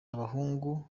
abahungu